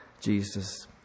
Jesus